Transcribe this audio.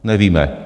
Nevíme.